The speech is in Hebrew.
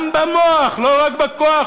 גם במוח, לא רק בכוח.